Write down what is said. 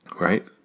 Right